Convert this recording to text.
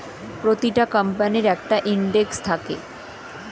প্রতিটা কোম্পানির একটা ইন্ডেক্স থাকে